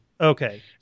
Okay